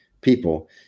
people